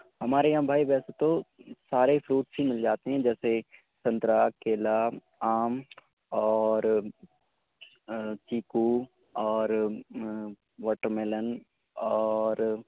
ہمارے یہاں بھائی ویسے تو سارے فروٹس ہی مل جاتے ہیں جیسے سنترہ کیلا آم اور چیکو اور واٹرمیلن اور